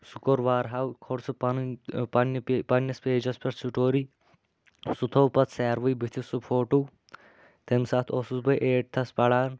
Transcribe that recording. سُہ کوٚر وارہو کھوٚل سُہ پنٕنۍ پنٛنہِ پے پنٛنِس پیجس پٮ۪ٹھ سٕٹوری سُہ تھوٚو پتہٕ ساروٕے بٕتھِس سُہ فوٹوٗ تمہِ ساتہٕ اوسُس بہٕ ایٹتھس پران